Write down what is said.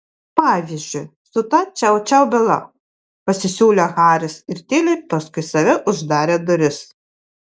pavyzdžiui su ta čiau čiau byla pasisiūlė haris ir tyliai paskui save uždarė duris